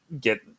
get